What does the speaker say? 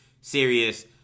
serious